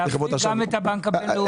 להכניס גם את הבנק הבינלאומי.